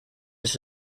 els